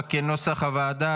2024, כנוסח הוועדה.